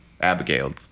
Abigail